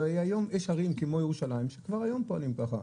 הרי היום יש ערים כמו ירושלים שכבר היום פועלים ככה,